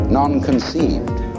non-conceived